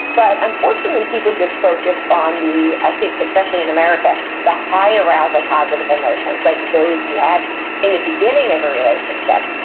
but unfortunately, people just focus on the, i think, especially in america, the high arousal positive emotions, like those you have in the beginning of a relationship.